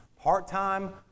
part-time